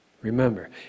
Remember